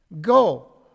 Go